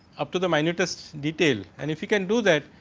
up to the manutius detail. and if you can do that,